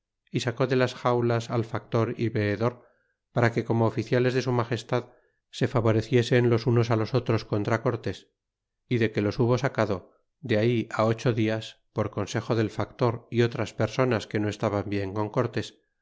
y sacó de las xaulas al factor y veedor para que como oficiales de su magestad se favoreciesen los unos los otros contra cortés y de que los hubo sacado de ahí ocho dias por consejo del factor y otras personas que no estaban bien con cortés